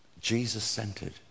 Jesus-centered